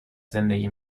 زندگی